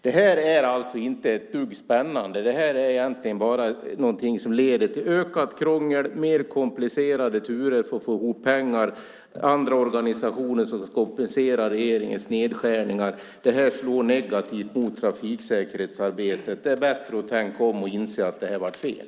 Detta är inte ett dugg spännande. Det här är egentligen bara något som leder till ökat krångel och mer komplicerade turer för att få ihop pengar. Andra organisationer ska kompensera regeringens nedskärningar. Det här slår negativt mot trafiksäkerhetsarbetet. Det är bättre att tänka om och inse att det här blev fel.